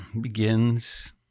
begins